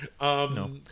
No